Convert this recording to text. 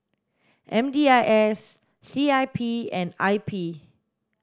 M D I S C I P and I P